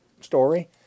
story